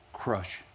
crush